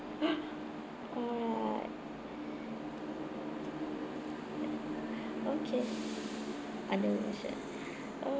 alright okay another question uh